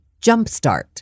jumpstart